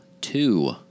two